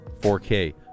4K